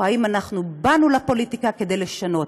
או: אנחנו באנו לפוליטיקה כדי לשנות.